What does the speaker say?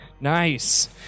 Nice